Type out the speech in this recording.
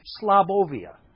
Slavovia